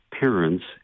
parents